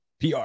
PR